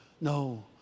No